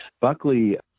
Buckley